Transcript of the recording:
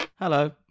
Hello